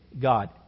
God